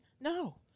No